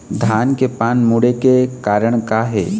धान के पान मुड़े के कारण का हे?